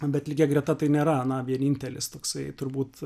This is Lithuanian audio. bet lygia greta tai nėra na vienintelis toksai turbūt